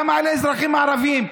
גם על האזרחים הערבים,